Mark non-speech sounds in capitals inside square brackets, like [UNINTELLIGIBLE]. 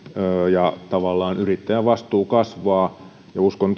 ja tavallaan yrittäjän vastuu kasvaa uskon [UNINTELLIGIBLE]